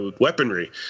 weaponry